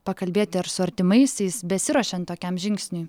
pakalbėti ir su artimaisiais besiruošiant tokiam žingsniui